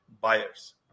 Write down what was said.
buyers